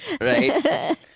Right